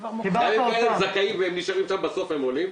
גם אם הם זכאים והם נשארים שם בסוף הם עולים,